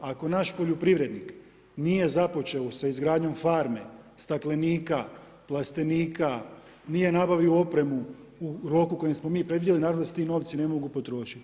Ako naš poljoprivrednik nije započeo sa izgradnjom farme staklenika, plastenika, nije napravio opremu u roku kojem smo mi predvidjeli, naravno da se ti novci ne mogu potrošiti.